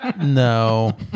no